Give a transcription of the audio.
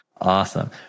Awesome